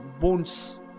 bones